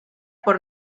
por